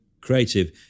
creative